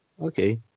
Okay